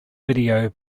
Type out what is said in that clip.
video